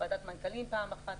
ועדת מנכ"לים פעם אחת,